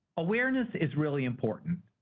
awareness is really important.